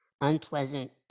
unpleasant